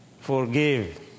forgive